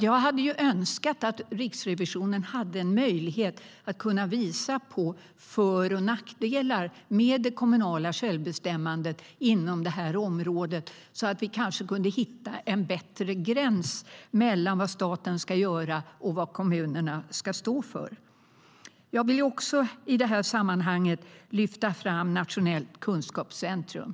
Jag skulle önska att Riksrevisionen kunde visa på för och nackdelar med det kommunala självbestämmandet inom det här området så att vi kanske kunde hitta en tydligare gräns mellan vad staten ska göra och vad kommunerna ska stå för. I det här sammanhanget vill även jag lyfta fram Nationellt kunskapscentrum.